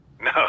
No